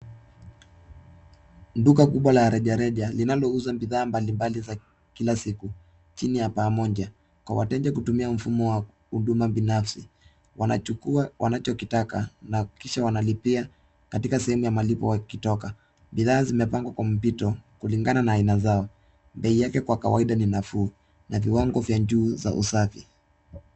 Duka kubwa la rejareja linalouza bidhaa mbalimbali za kila siku chini ya paa moja kwa watja kutumia mfumo wa huduma binafsi. Wanachukua wanachokitaka na kisha wanalipia katika sehemu ya malipo wakitoka. Bidhaa zimepangwa kwa mpito kulingana na aina zao. Bei yake kwa kawaida ni nafuu na viwango vya juu vya usafi.